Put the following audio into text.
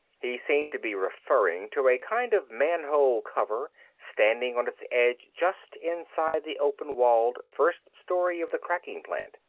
he seemed to be referring to a kind of manhole cover standing on its edge just inside the open-walled first story of the cracking plant.